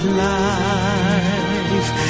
life